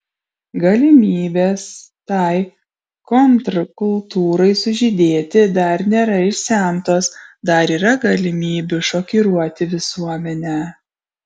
galimybės tai kontrkultūrai sužydėti dar nėra išsemtos dar yra galimybių šokiruoti visuomenę